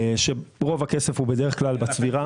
כשרוב הכסף הוא בדרך כלל בצבירה.